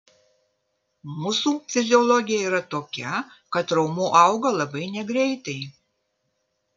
mūsų fiziologija yra tokia kad raumuo auga labai negreitai